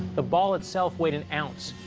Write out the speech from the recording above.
the ball itself weighed an ounce,